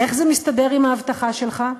איך זה מסתדר עם ההבטחה שלך?